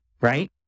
right